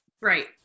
Right